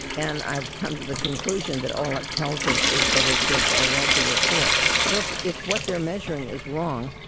and i've come to the conclusion that all it tells us is whether kids are wealthy or poor. so if if what they're measuring is wrong,